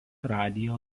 radijo